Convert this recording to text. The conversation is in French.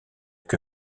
que